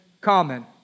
common